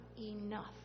enough